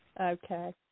Okay